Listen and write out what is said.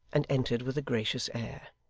and entered with a gracious air.